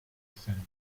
descended